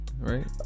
right